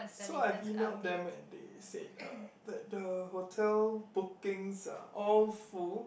so I've emailed them and they said uh that the hotel bookings all full